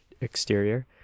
exterior